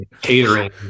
catering